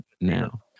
now